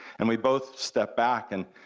and we both stepped back, and